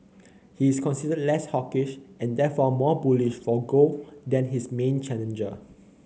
he is considered less hawkish and therefore more bullish for gold than his main challenger